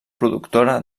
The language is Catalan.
productora